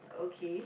okay